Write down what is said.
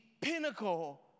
pinnacle